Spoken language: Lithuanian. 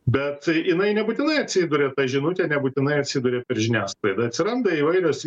bet jinai nebūtinai atsiduria ta žinutė nebūtinai atsiduria per žiniasklaidą atsiranda įvairios